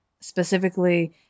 specifically